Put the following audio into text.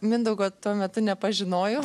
mindaugo tuo metu nepažinojau